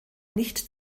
nicht